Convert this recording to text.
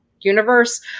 universe